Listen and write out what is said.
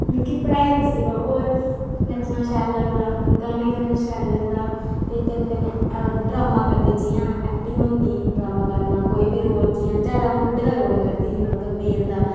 मिगी पढ़ाई दे सिवा होर नच्चना शैल लगदा गाने गाना शैल लगदा ते कन्नै कन्नै ड्रामां करदे जियां ऐक्टिंग होंदी ड्रामां करना कोई बी रोल जियां जादै अं'ऊ बुड्ढें दा रोल करदी ही मतलब मेल दा